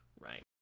Right